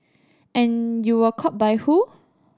and you were caught by who